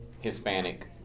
Hispanic